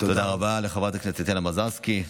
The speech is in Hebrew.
תודה רבה לחברת הכנסת טטיאנה מזרסקי.